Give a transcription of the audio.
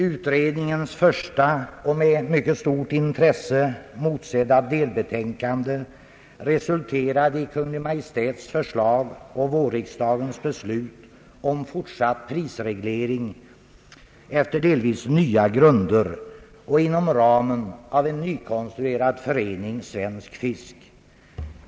Utredningens första och med mycket stort intresse motsedda delbetänkande resulterade i Kungl. Maj:ts förslag och vårriksdagens beslut om fortsatt prisreglering efter delvis nya grunder och inom ramen för en nykonstruerad förening — Föreningen Svensk fisk.